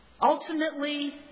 Ultimately